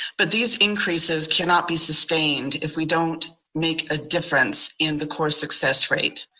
but these increases cannot be sustained if we don't make a difference in the core success rate.